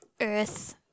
Earth